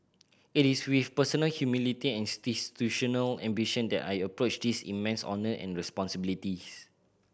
it is with personal humility and institutional ambition that I approach this immense honour and responsibilities